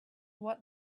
what